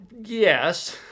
yes